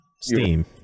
steam